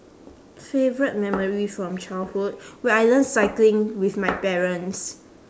favourite memory from childhood when I learn cycling with my parents